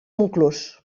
montclús